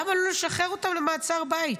למה לא לשחרר אותם למעצר בית?